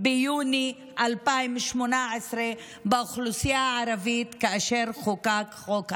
ביוני 2018 באוכלוסייה הערבית כאשר חוקק חוק הלאום.